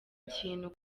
ikintu